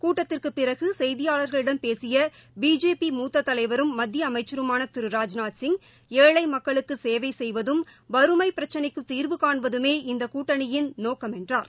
கூட்டத்திற்குபிறகுசெய்தியாளர்களிடம் பேசியபிஜேபி மூத்ததலைவரும் மத்தியஅமைச்சருமானதிரு ராஜ்நாத் சிங் ஏழைமக்களுக்குசேவைசெய்வதும் வறுமைபிரச்சினைக்குதீர்வு கான்பதமே இந்தகூட்டணியின் நோக்கம் என்றார்